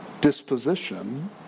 disposition